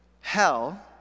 hell—